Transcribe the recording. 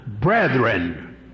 brethren